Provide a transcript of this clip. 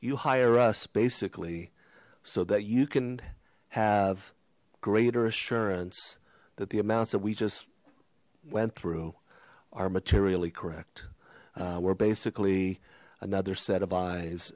you hire us basically so that you can have greater assurance that the amounts that we just went through are materially correct we're basically another set of